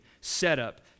setup